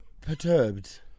perturbed